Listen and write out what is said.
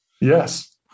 Yes